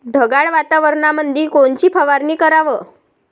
ढगाळ वातावरणामंदी कोनची फवारनी कराव?